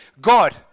God